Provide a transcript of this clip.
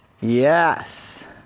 Yes